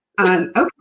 Okay